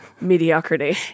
mediocrity